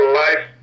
life